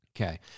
Okay